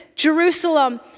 Jerusalem